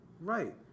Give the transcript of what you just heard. Right